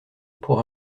pour